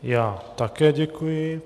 Já také děkuji.